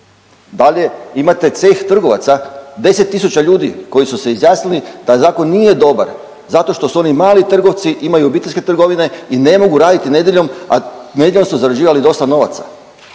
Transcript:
Dalje, imate Ceh trgovaca 10.000 koji su se izjasnili da zakon nije dobar zato što su oni mali trgovci, imaju obiteljske trgovine i ne mogu raditi nedeljom, a nedeljom su zarađivali dosta novaca.